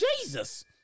Jesus